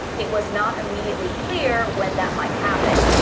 it was not immediately clear when that might happen.